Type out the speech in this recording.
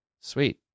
Sweet